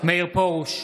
מאיר פרוש,